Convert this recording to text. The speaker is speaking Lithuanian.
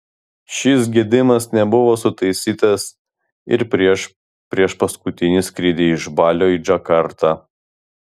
šis gedimas nebuvo sutaisytas ir prieš priešpaskutinį skrydį iš balio į džakartą